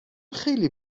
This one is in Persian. خیلی